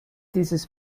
dieses